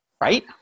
right